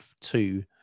two